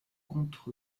contre